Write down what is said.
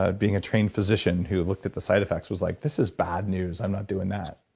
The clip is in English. ah being a trained physician who looked at the side effects was like, this is bad news. i'm not doing that.